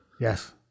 Yes